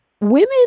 Women